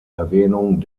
erwähnung